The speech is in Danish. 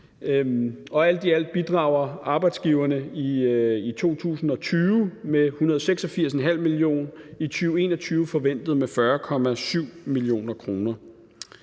Alt i alt bidrager arbejdsgiverne i 2020 med 186,5 mio. kr. I 2021 forventes det